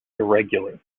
irregular